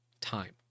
time